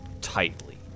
tightly